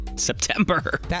September